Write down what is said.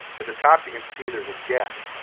at the top you can see there's a gap.